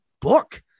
book